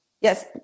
yes